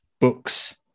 books